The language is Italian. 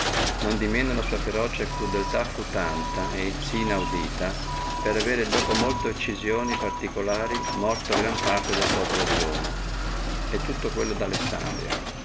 non di manco la sua ferocia e crudeltà fu tanta e sí inaudita per avere dopo infinite occisioni particulari morto gran parte del populo di roma e tutto quello di alessandria